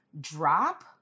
drop